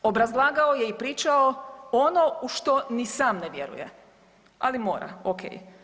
Obrazlagao je i pričao ono u što ni sam ne vjeruje, ali mora, ok.